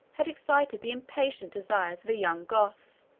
had excited the impatient desires of a young goth,